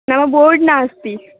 नाम बोर्ड् नास्ति